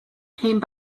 came